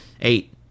eight